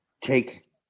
Take